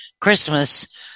Christmas